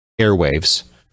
airwaves